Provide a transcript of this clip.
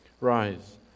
Rise